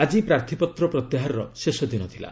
ଆକି ପ୍ରାର୍ଥୀପତ୍ର ପ୍ରତ୍ୟାହାରର ଶେଷ ଦିନ ଥିଲା